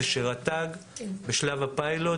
הוא שבשלב הפיילוט